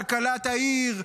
כלכלת העיר.